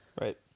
Right